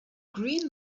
green